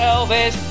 Elvis